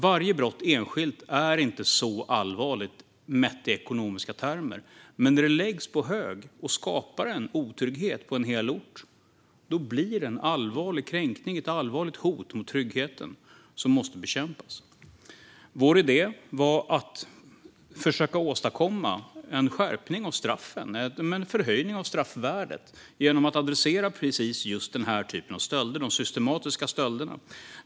Varje brott enskilt är inte så allvarligt mätt i ekonomiska termer, men när de läggs på hög och skapar otrygghet på en hel ort blir det en allvarlig kränkning, ett allvarligt hot, mot tryggheten som måste bekämpas. Vår idé var att försöka åstadkomma en skärpning av straffen, en förhöjning av straffvärdet, genom att adressera precis den typen av systematiska stölder.